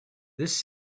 this